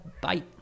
Bye